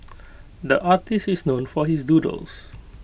the artist is known for his doodles